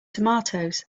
tomatoes